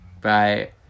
Bye